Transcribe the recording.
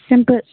simple